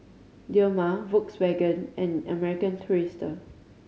Dilmah Volkswagen and American Tourister